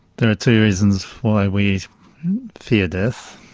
there are two reasons why we fear death.